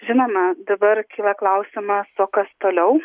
žinoma dabar kyla klausimas o kas toliau